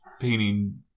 painting